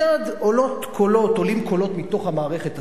מייד עולים קולות מתוך המערכת עצמה,